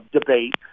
debate